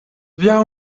via